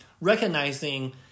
recognizing